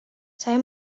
saya